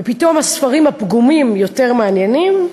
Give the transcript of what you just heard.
ופתאום הספרים הפגומים יותר מעניינים,